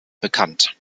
bekannt